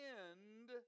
end